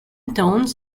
tones